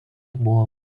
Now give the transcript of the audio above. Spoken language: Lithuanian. buvo